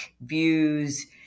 views